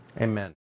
Amen